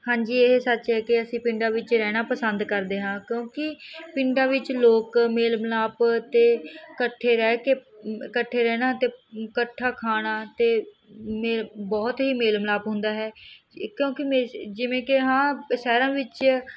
ਹਾਂਜੀ ਇਹ ਸੱਚ ਹੈ ਕਿ ਅਸੀਂ ਪਿੰਡਾਂ ਵਿੱਚ ਰਹਿਣਾ ਪਸੰਦ ਕਰਦੇ ਹਾਂ ਕਿਉਂਕਿ ਪਿੰਡਾਂ ਵਿੱਚ ਲੋਕ ਮੇਲ ਮਿਲਾਪ ਅਤੇ ਇਕੱਠੇ ਰਹਿ ਕੇ ਇਕੱਠੇ ਰਹਿਣਾ ਅਤੇ ਇਕੱਠਾ ਖਾਣਾ ਅਤੇ ਮੇ ਬਹੁਤ ਹੀ ਮੇਲ ਮਿਲਾਪ ਹੁੰਦਾ ਹੈ ਕਿਉਂਕਿ ਜਿਵੇਂ ਕਿ ਆ ਸ਼ਹਿਰਾਂ ਵਿੱਚ